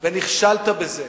ונכשלת בזה.